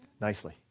nicely